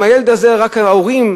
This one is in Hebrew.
עם הילד הזה רק ההורים,